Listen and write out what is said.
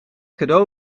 cadeau